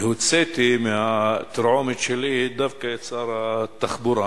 והוצאתי מהתרעומת שלי דווקא את שר התחבורה.